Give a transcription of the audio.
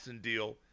deal